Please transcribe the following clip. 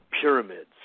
pyramids